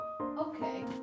okay